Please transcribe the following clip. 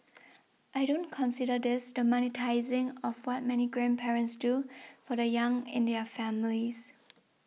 I don't consider this the monetising of what many grandparents do for the young in their families